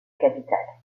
capitale